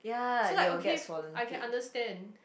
so like okay I can understand